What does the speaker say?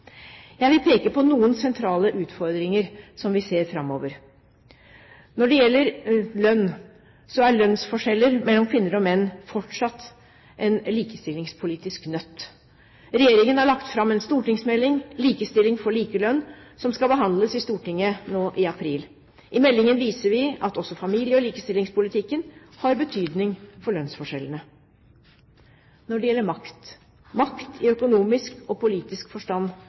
Jeg vil peke på noen sentrale utfordringer som vi ser framover. Når det gjelder lønn, er lønnsforskjeller mellom kvinner og menn fortsatt en likestillingspolitisk nøtt. Regjeringen har lagt fram en stortingsmelding, Likestilling for likelønn, som skal behandles i Stortinget nå i april. I meldingen viser vi at også familie- og likestillingspolitikken har betydning for lønnsforskjellene. Makt, i økonomisk og politisk forstand,